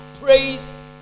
praise